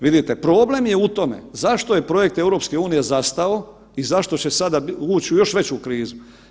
Vidite, problem je u tome zašto je projekt EU zastao i zašto će sada uć u još veću krizu.